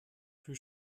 für